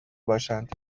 باشند